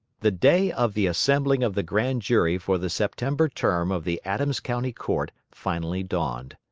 the day of the assembling of the grand jury for the september term of the adams county court finally dawned.